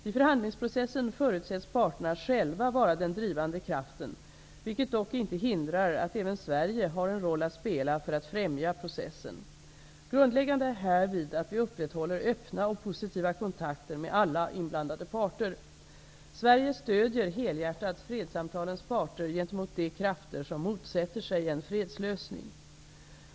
I förhandlingsprocessen förutsätts parterna själva vara den drivande kraften, vilket dock inte hindrar att även Sverige har en roll att spela för att främja processen. Grundläggande är härvid att vi upprätthåller öppna och positiva kontakter med alla inblandade parter. Sverige stödjer helhjärtat fredssamtalens parter gentemot de krafter som motsätter sig en fredslösning.